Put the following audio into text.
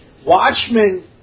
Watchmen